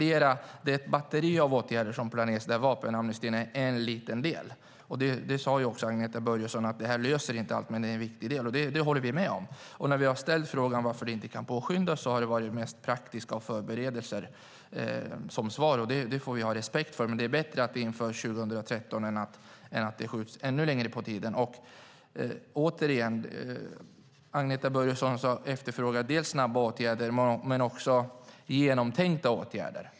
Det är ett batteri av åtgärder som planeras där vapenamnestin är en liten del. Som Agneta Börjesson också sade löser detta inte allt, men det är en viktig del. Det håller vi med om. När vi har ställt frågan varför det inte kan påskyndas har vi fått svaret att det handlar om praktiska frågor och förberedelser. Det får vi ha respekt för. Det är bättre att det införs 2013 än att det skjuts ännu längre fram. Agneta Börjesson efterfrågade snabba åtgärder och genomtänkta åtgärder.